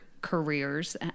careers